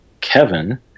Kevin